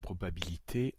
probabilité